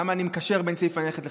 למה אני מקשר בין סעיף הנכד לחד-פעמי?